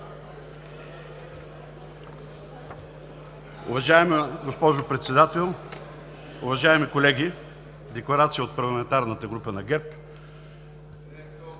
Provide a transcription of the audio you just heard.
Уважаема госпожо Председател, уважаеми колеги, декларация от парламентарната група на ГЕРБ: